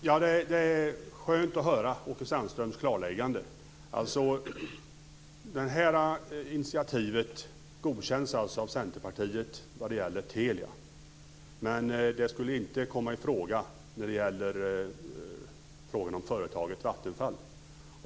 Herr talman! Det är skönt att höra Åke Sandströms klarläggande. Initiativ godkänns alltså av Centerpartiet vad det gäller Telia, men det skulle inte komma i fråga när det gäller företaget Vattenfall.